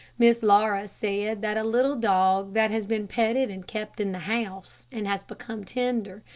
miss laura said that a little dog that has been petted and kept in the house, and has become tender,